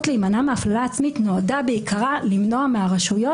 להימנע מהפללה עצמית נועדה בעיקרה למנוע מהרשויות